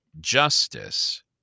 justice